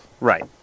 Right